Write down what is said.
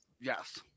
Yes